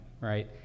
right